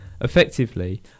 Effectively